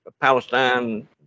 Palestine